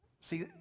See